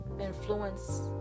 influence